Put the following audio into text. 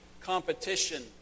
competition